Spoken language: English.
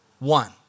One